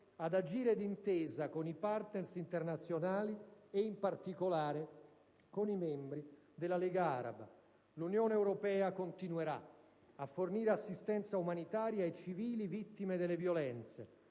ad agire d'intesa con i *partner* internazionali e in particolare con i membri della Lega araba. L'Unione europea continuerà a fornire assistenza umanitaria ai civili vittime delle violenze.